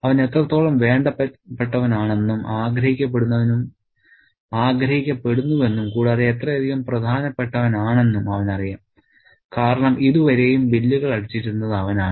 അവൻ എത്രത്തോളം വേണ്ടപെട്ടവനാണെന്നും ആഗ്രഹിക്കപ്പെടുന്നുവെന്നും കൂടാതെ എത്രയധികം പ്രധാനപ്പെട്ടവനാണെന്നും അവനറിയാം കാരണം ഇതുവരെയും ബില്ലുകൾ അടിച്ചിരുന്നത് അവനാണ്